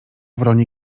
wronie